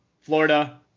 Florida